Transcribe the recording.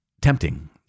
tempting